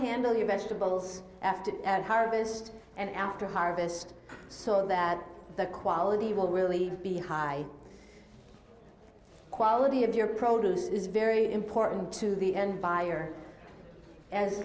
handle your vegetables after harvest and after harvest so that the quality will really be high quality of your produce is very important to the end buyer as